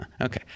Okay